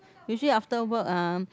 usually after work um